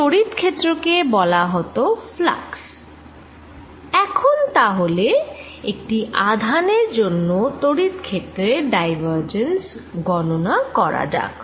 তড়িৎ ক্ষেত্রের জন্য একে বলা হয় ফ্লাক্স এখন তা হলে একটি আধানের জন্য তড়িৎ ক্ষেত্রের ডাইভারজেন্স গণণা করা যাক